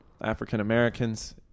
African-Americans